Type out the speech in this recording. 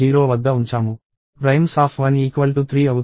primes13 అవుతుంది